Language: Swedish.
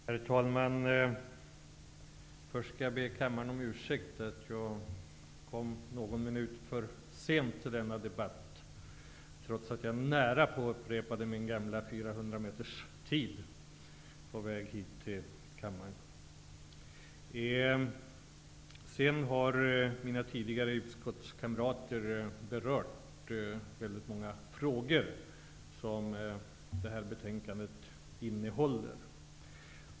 Herr talman! Först skall jag be kammaren om ursäkt för att jag kom någon minut för sent till denna debatt, trots att jag närapå upprepade min gamla 400-meterstid på vägen hit till kammaren. Mina tidigare utskottskamrater har berört många frågor som behandlas i betänkandet.